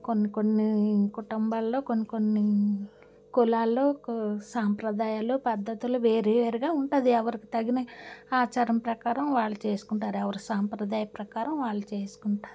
కొన్ని కొన్ని కుటుంబాలలో కొన్ని కొన్ని కులాల్లో కొ సాంప్రదాయాలు పద్ధతులు వేరే వేరేగా ఉంటుంది ఎవరికి తగిన ఆచారం ప్రకారం వాళ్ళు చేసుకుంటారు ఎవరి సాంప్రదాయం ప్రకారం వాళ్ళు చేసుకుంటారు